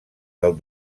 del